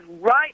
right